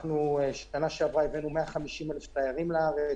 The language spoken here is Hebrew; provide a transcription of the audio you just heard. שנה שעברה הבאנו 150,000 תיירים לארץ.